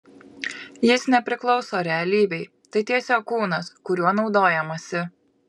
jis nepriklauso realybei tai tiesiog kūnas kuriuo naudojamasi